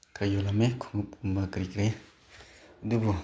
ꯈꯔ ꯌꯣꯜꯂꯝꯃꯦ ꯈꯣꯡꯎꯞꯀꯨꯝꯕ ꯀꯔꯤ ꯀꯔꯤ ꯑꯗꯨꯕꯨ